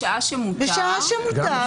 בשעה שמותר,